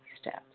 steps